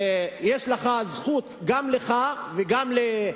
יש לך זכות וגם לך,